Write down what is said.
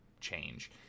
change